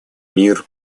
мир